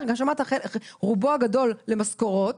רובו הגדול למשכורות?